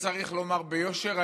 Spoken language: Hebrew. צריך לומר ביושר,